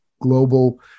global